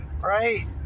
right